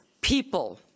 people